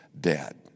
dead